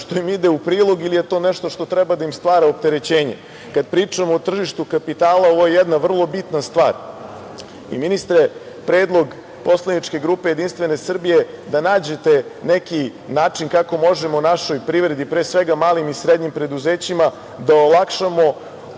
što im ide u prilog ili je to nešto što treba da im stvara opterećenje. Kad pričamo o tržištu kapitala ovo je jedna vrlo bitna stvar, i ministre, predlog poslaničke grupe Jedinstvene Srbije da nađete neki način kako možemo našoj privredi, pre svega malim i srednjim preduzećima, da olakšamo